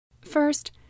First